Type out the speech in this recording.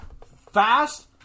fast